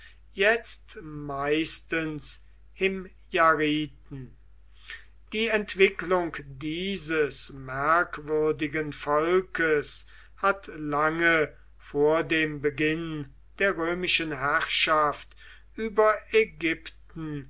jetzt meistens himjariten die entwicklung dieses merkwürdigen volkes hatte lange vor dem beginn der römischen herrschaft über ägypten